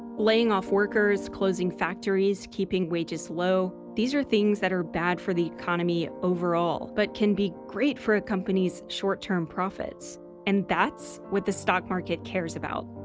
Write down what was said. laying off workers, closing factories, keeping wages low. these are things that are bad for the economy overall, but can be great for a company's short-term profits and that's what the stock market cares about.